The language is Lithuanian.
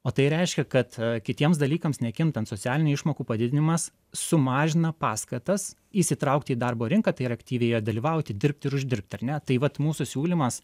o tai reiškia kad kitiems dalykams nekintant socialinių išmokų padidinimas sumažina paskatas įsitraukti į darbo rinką tai yra aktyviai joje dalyvauti dirbti ir uždirbti ar ne tai vat mūsų siūlymas